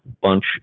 bunch